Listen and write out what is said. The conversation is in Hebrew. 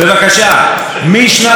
על ידי קרן הקולנוע הזאת,